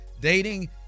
Dating